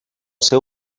seu